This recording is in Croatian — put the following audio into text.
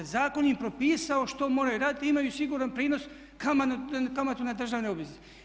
Zakon im je propisao što moraju raditi i imaju siguran prinos kamatu na državne obveznice.